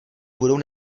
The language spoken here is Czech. budou